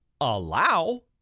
allow